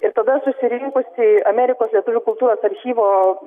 ir tada susirinkusi amerikos lietuvių kultūros archyvo